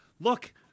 Look